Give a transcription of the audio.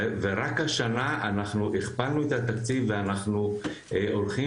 ורק השנה אנחנו הכפלנו את התקציב ואנחנו הולכים